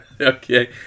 Okay